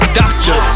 doctor